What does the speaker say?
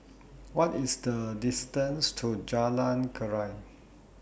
What IS The distance to Jalan Keria